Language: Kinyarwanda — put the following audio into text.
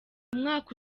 umwaka